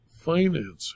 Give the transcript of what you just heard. financing